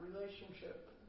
relationship